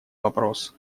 вопрос